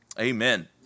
Amen